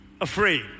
afraid